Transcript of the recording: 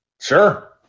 Sure